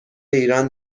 ایران